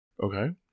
okay